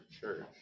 church